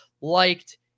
liked